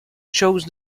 chose